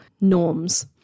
norms